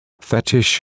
fetish